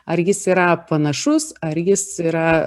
ar jis yra panašus ar jis yra